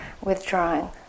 withdrawing